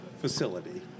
facility